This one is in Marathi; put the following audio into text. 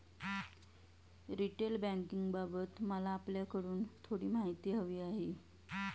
रिटेल बँकिंगबाबत मला आपल्याकडून थोडी माहिती हवी आहे